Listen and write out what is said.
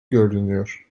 görünüyor